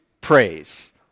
praise